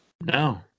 No